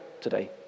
today